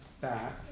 back